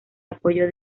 apoyo